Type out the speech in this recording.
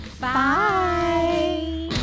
bye